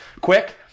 quick